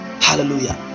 hallelujah